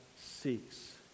seeks